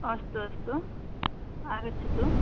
अस्तु अस्तु आगच्छतु